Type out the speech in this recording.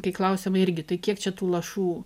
kai klausiama irgi tai kiek čia tų lašų